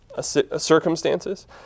circumstances